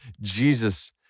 Jesus